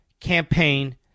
campaign